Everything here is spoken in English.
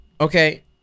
Okay